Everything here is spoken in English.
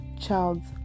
child's